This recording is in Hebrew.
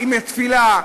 עם התפילה,